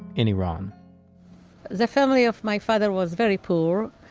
in iran the family of my father was very poor.